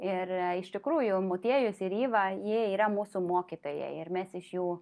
ir iš tikrųjų motiejus ir iva jie yra mūsų mokytojai ir mes iš jų